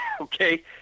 okay